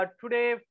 today